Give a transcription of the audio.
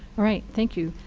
right, thank you.